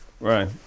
Right